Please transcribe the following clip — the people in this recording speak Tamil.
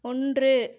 ஒன்று